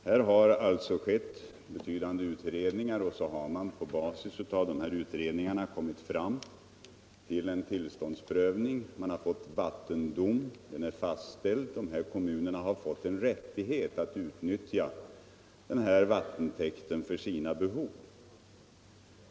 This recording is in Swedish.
Här har alltså skett betydande utredningar, och på basis härav har man kommit fram till en tillståndsprövning; vattendomen är fastställd, och dessa kommuner har fått en rättighet att utnyttja ifrågavarande vattentäkt för sina behov.